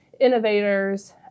innovators